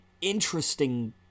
interesting